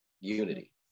unity